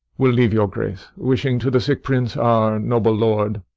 we ll leave your grace, wishing to the sick prince, our noble lord,